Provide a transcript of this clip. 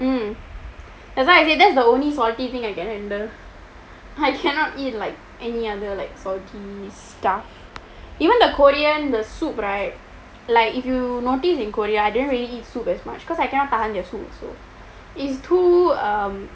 mm that's why I say that is the only salty thing I can handle I cannot eat like any other like salty stuff even the korean the soup right like if you noticed in korea I didn't really eat soup as much cause I cannot tahan their soup also is too um